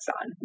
on